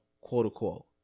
quote-unquote